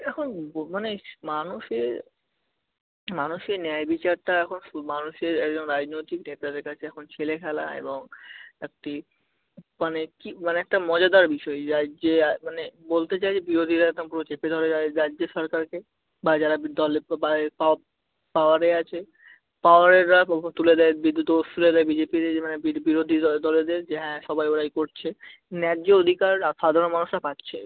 এখন মানে মানুষের মানুষের ন্যায় বিচারটা এখন সু মানুষের একজন রাজনৈতিক নেতাদের কাছে এখন ছেলেখেলা এবং একটি মানে কী মানে একটা মজাদার বিষয় এই রাজ্যে মানে বলতে চাই যে বিরোধীরা একদম পুরো চেপে ধরে রা রাজ্য সরকারকে বা যারা দলের পা পাওয়ারে আছে পাওয়ারেরা তুলে দেয় দোষ যা যা বিজেপি মানে বি বিরোধী দলেদের যে হ্যাঁ সবাই ওরাই করছে ন্যায্য অধিকার সাধারণ মানুষরা পাচ্ছে